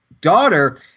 daughter